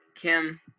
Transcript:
Kim